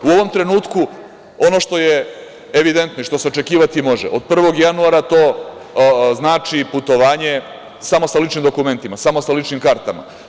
U ovom trenutku ono što je evidentno i što se očekivati može, od 1. januara to znači putovanje samo sa ličnim dokumentima, samo sa ličnim kartama.